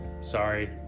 sorry